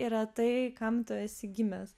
yra tai kam tu esi gimęs